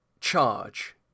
charge